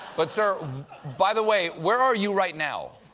but sir by the way, where are you right now?